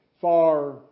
far